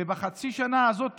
ובחצי השנה הזאת